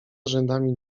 rzędami